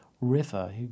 river